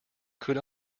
could